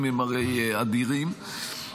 הרי המספרים הם אדירים.